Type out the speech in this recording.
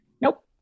nope